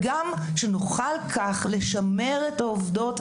כך נוכל לשמר את העובדות,